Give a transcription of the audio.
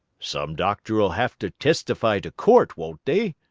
some doctor'll have to testify to court, won't they?